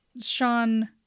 Sean